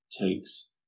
takes